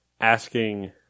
asking